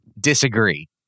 Disagree